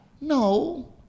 No